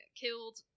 killed